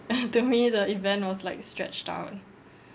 to me the event was like stretched out